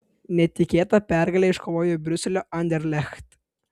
netikėtą pergalę iškovojo briuselio anderlecht